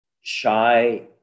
shy